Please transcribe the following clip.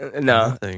No